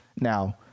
now